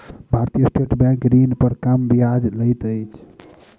भारतीय state bank ऋण पर कम ब्याज लैत अछि